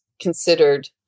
considered